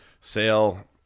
Sale